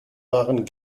waren